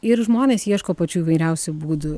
ir žmonės ieško pačių įvairiausių būdų